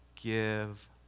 give